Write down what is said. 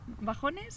bajones